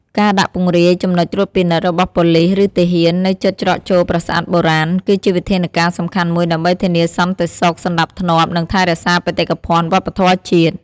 ការដាក់ពង្រាយ ចំណុចត្រួតពិនិត្យរបស់ប៉ូលិស ឬទាហាន នៅជិតច្រកចូលប្រាសាទបុរាណ គឺជាវិធានការសំខាន់មួយដើម្បីធានាសន្តិសុខ សណ្តាប់ធ្នាប់ និងថែរក្សាបេតិកភណ្ឌវប្បធម៌ជាតិ។